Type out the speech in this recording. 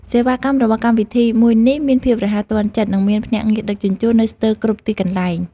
សេវាកម្មរបស់កម្មវិធីមួយនេះមានភាពរហ័សទាន់ចិត្ត និងមានភ្នាក់ងារដឹកជញ្ជូននៅស្ទើរគ្រប់ទីកន្លែង។